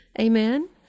Amen